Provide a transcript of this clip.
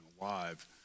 alive